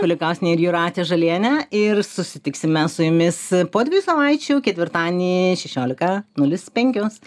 kulikauskiene jūratė žalienė ir susitiksime su jumis po dviejų savaičių ketvirtadienį šešiolika nulis penkios